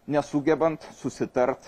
nesugebant susitart